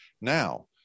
Now